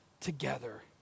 together